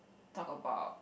talk about